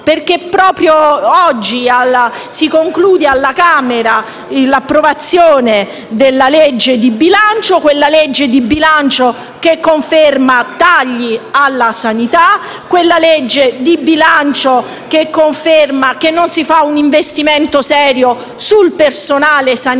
perché proprio oggi si approva alla Camera dei deputati il disegno di legge di bilancio. Quella legge di bilancio che conferma tagli alla sanità; quella legge di bilancio che conferma che non si fa un investimento serio sul personale sanitario,